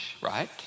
right